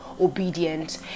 Obedient